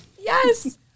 yes